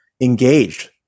engaged